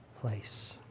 place